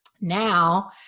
now